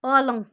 पलङ